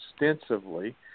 extensively